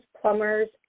plumbers